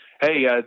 hey